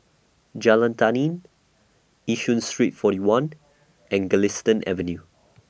Jalan Tani Yishun Street forty one and Galistan Avenue